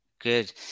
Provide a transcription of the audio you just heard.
good